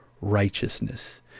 righteousness